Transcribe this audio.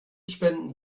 spenden